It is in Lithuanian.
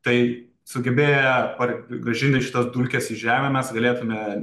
tai sugebėję par grąžinti šitas dulkes į žemę mes galėtume